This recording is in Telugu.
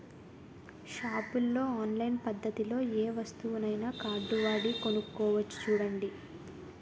షాపుల్లో ఆన్లైన్ పద్దతిలో ఏ వస్తువునైనా కార్డువాడి కొనుక్కోవచ్చు చూడండి